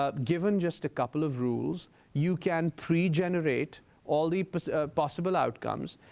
ah given just a couple of rules you can pre-generate all the possible outcomes.